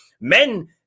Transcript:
men